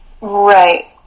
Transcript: Right